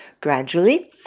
Gradually